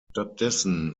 stattdessen